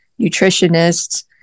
nutritionists